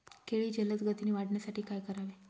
केळी जलदगतीने वाढण्यासाठी काय करावे?